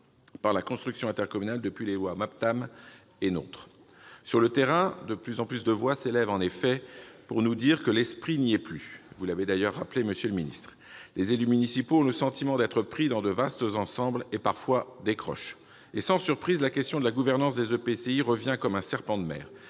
par la construction intercommunale depuis les lois Maptam et NOTRe. Sur le terrain, de plus en plus de voix s'élèvent en effet pour nous dire que l'esprit n'y est plus, ce que vous avez d'ailleurs rappelé, monsieur le ministre. Les élus municipaux ont le sentiment d'être pris dans de vastes ensembles, et parfois décrochent. Sans surprise, la question de la gouvernance des EPCI revient comme un serpent de mer.